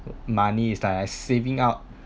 money is like I saving up